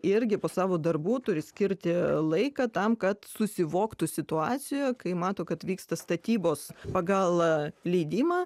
irgi po savo darbų turi skirti laiką tam kad susivoktų situacijoje kai mato kad vyksta statybos pagal leidimą